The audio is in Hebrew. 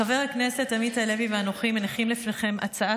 חבר הכנסת עמית הלוי ואנוכי מניחים לפניכם הצעה